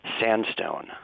sandstone